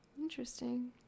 Interesting